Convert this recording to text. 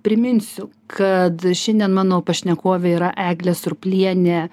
priminsiu kad šiandien mano pašnekovė yra eglė surplienė